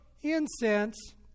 incense